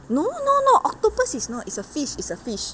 no no no octopus is not is a fish is a fish